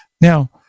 Now